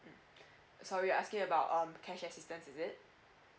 mm sorry asking about um cash assistance is it